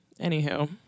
Anywho